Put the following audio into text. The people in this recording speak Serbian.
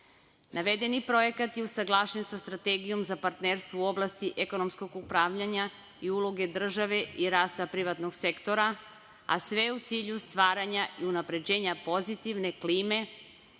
Navedeni projekat je usaglašen sa strategijom za partnerstvo u oblasti ekonomskog upravljanja i uloge države i rasta privatnog sektora, a sve u cilju stvaranja i unapređenja pozitivne klime,